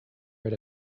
rid